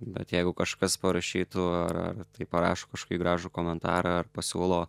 bet jeigu kažkas parašytų ar ar tai parašo kažkokį gražų komentarą pasiūlo